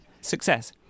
success